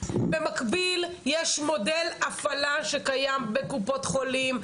במקביל יש מודל הפעלה שקיים בקופות חולים,